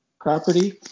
property